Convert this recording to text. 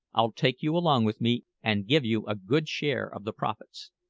i'll take you along with me and give you a good share of the profits.